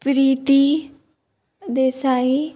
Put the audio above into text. Priti Desai